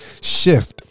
shift